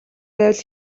байвал